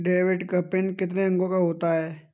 Debit card का pin कितने अंकों का होता है?